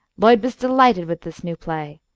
lloyd was delighted with this new play.